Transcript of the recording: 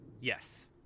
Yes